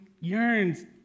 yearns